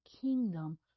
kingdom